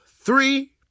three